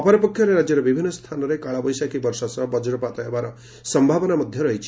ଅପରପକ୍ଷରେ ରାଜ୍ୟର ବିଭିନ୍ନ ସ୍ତାନରେ କାଳବୈଶାଖୀ ବର୍ଷା ସହ ବଜ୍ରପାତ ହେବାର ସମ୍ଭାବନା ରହିଛି